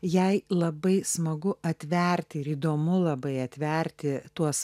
jai labai smagu atvert ir įdomu labai atverti tuos